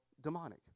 demonic